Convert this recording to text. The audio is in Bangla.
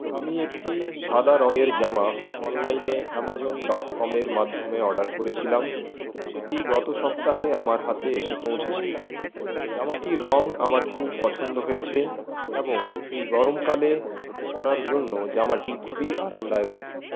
আমি একটি সাদা রঙের জামা অনলাইনে অ্যামাজন ডট কমের মাধ্যমে অর্ডার করেছিলাম সেটি গত সপ্তাহে আমার হাতে এসে পৌঁছেছে জামাটির রঙ আমার খুব পছন্দ হয়েছে এবং এই গরমকালে পরার জন্য জামাটি খুবই আরামদায়ক